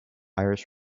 irish